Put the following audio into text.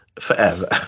forever